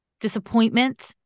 disappointment